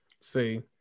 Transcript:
See